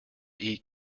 eat